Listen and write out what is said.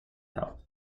health